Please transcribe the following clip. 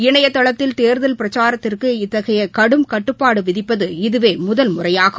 இணையதளத்தில் தேர்தல் பிரச்சாரத்திற்கு இத்தகைய கடும் கட்டுப்பாடு விதிப்பது இதுவே முதல் முறையாகும்